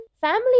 Family